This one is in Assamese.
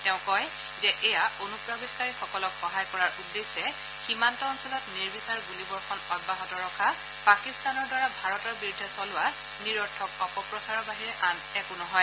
তেওঁ কয় যে এয়া অনুপ্ৰৱেশকাৰীসকলক সহায় কৰাৰ উদ্দেশ্যে সীমান্ত অঞ্চলত নিৰ্বিচাৰ গুলীবৰ্ষণ অব্যাহত ৰখা পাকিস্তানৰ দ্বাৰা ভাৰতৰ বিৰুদ্ধে চলোৱা নিৰৰ্থক অপপ্ৰচাৰৰ বাহিৰে আন একো নহয়